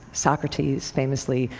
socrates, famously,